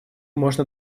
можно